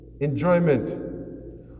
enjoyment